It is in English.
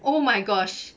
oh my gosh